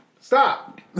Stop